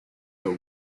the